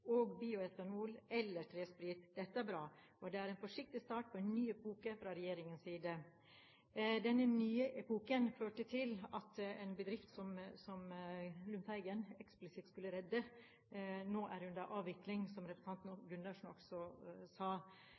og bioetanol eller tresprit. Dette er bra, og det er en forsiktig start på en ny epoke fra Regjeringas side.» Denne nye epoken førte til at en bedrift som Lundteigen eksplisitt skulle redde, nå er under avvikling, som representanten Gundersen også sa.